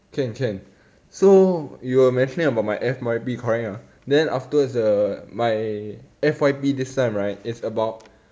can can so you were mentioning about my F_Y_P correct ah then afterwards the my F_Y_P this time right is about